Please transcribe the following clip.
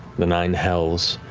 the nine hells,